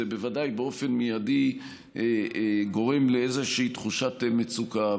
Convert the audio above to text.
זה בוודאי גורם מייד לאיזושהי תחושת מצוקה.